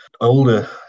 older